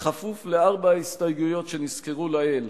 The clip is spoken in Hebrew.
כפוף לארבע ההסתייגויות שנזכרו לעיל,